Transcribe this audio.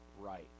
right